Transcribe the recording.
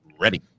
Ready